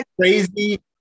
crazy